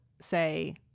say